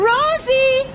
Rosie